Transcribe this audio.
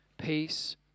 peace